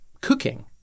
cooking